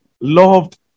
loved